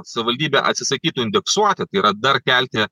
savivaldybė atsisakytų indeksuoti tai yra dar kelti